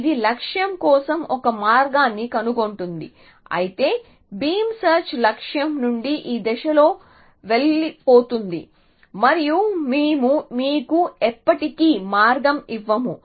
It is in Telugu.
ఇది లక్ష్యం కోసం ఒక మార్గాన్ని కనుగొంటుంది అయితే బీమ్ సెర్చ్ లక్ష్యం నుండి ఈ దిశలో వెళ్లిపోతుంది మరియు మేము మీకు ఎప్పటికీ మార్గం ఇవ్వము